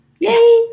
Yay